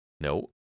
no